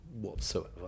whatsoever